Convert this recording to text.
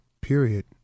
period